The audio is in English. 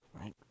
right